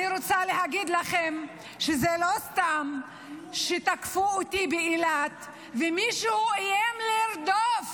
אני רוצה להגיד לכם שזה לא סתם שתקפו אותי באילת ומישהו איים לרדוף